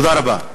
תודה רבה.